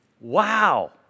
Wow